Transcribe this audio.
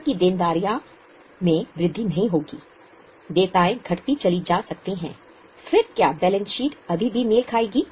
आपकी देनदारियों में वृद्धि नहीं होगी देयताएं घटती चली जा सकती हैं फिर क्या बैलेंस शीट अभी भी मेल खाएगी